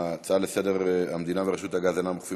ההצעה לסדר-היום בנושא: המדינה ורשות הגז אינן אוכפות